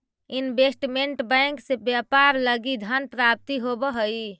investment bank से व्यापार लगी धन प्राप्ति होवऽ हइ